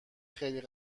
خیلی